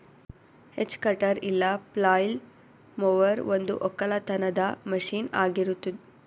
hedge cutter ಇಲ್ಲ flail mower ಒಂದು ಒಕ್ಕಲತನದ ಮಷೀನ್ ಆಗಿರತ್ತುದ್